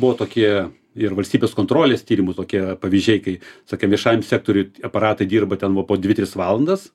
buvo tokie ir valstybės kontrolės tyrimų tokie pavyzdžiai kai sakė viešajam sektoriuj aparatai dirba ten va po dvi tris valandas